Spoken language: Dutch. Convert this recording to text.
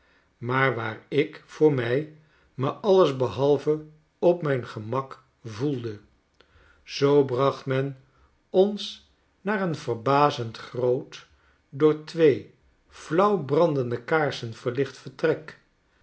maar waarik voor mij me alles behalve op mijn gemak voelde zoo bracht men ons naar een verbazend groot door twee flauw brandende kaarsen verlicht vertrek